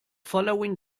following